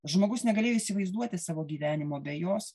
žmogus negalėjo įsivaizduoti savo gyvenimo be jos